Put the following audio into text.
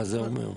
מה זה אומר?